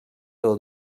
del